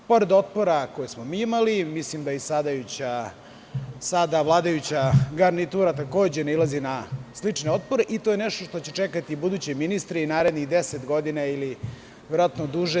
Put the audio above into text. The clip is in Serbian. Pored otpora koje smo mi imali, mislim da i sada vladajuća garnitura takođe nailazi na slične otpore i to je nešto što će čekati i buduće ministre i narednih deset godina, verovatno i duže.